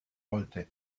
wollte